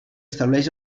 estableix